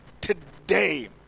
today